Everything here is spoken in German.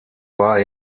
war